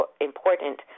important